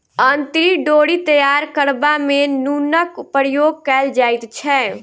अंतरी डोरी तैयार करबा मे नूनक प्रयोग कयल जाइत छै